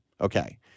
Okay